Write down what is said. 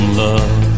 love